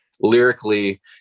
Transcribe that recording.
lyrically